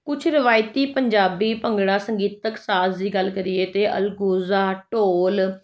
ਕੁਛ ਰਵਾਇਤੀ ਪੰਜਾਬੀ ਭੰਗੜਾ ਸੰਗੀਤਕ ਸਾਜ ਦੀ ਗੱਲ ਕਰੀਏ ਤਾਂ ਅਲਗੋਜਾ ਢੋਲ